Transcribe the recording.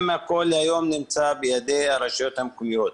אם הכול היום נמצא בידי הרשויות המקומיות.